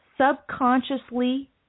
subconsciously